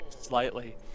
slightly